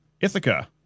Ithaca